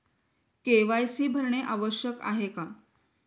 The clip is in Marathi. के.वाय.सी भरणे आवश्यक आहे का?